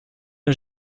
n’a